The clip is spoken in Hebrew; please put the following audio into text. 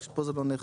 רק שפה זה לא נאכף.